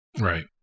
Right